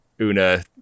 una